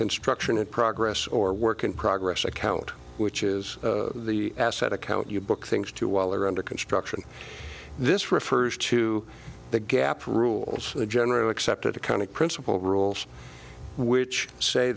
construction and progress or work in progress account which is the asset account you book things to while they are under construction this refers to the gap rules the generally accepted accounting principles rules which say